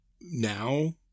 now